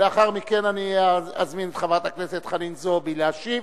ולאחר מכן אני אזמין את חברת הכנסת חנין זועבי להשיב,